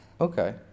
Okay